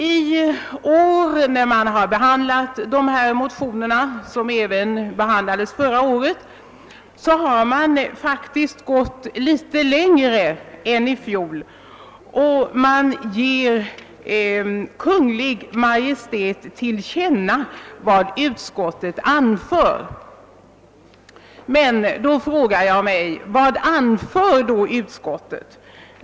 När utskottet i år behandlat dessa motioner — frågan var uppe även förra året — har man faktiskt gått litet längre än i fjol, i det att utskottet nu önskar att riksdagen skall ge Kungl. Maj:t till känna vad utskottet anför. Då frågar jag mig: Vad anför utskottet?